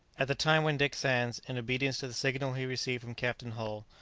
at the time when dick sands, in obedience to the signal he received from captain hull,